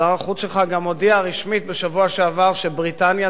שר החוץ שלך גם הודיע רשמית בשבוע שעבר שבריטניה,